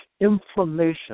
Inflammation